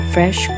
Fresh